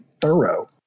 thorough